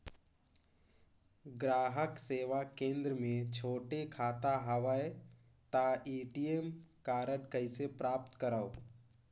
ग्राहक सेवा केंद्र मे छोटे खाता हवय त ए.टी.एम कारड कइसे प्राप्त करव?